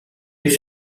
lui